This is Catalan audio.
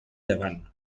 llevant